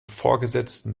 vorgesetzten